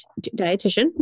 dietitian